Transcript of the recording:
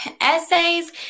essays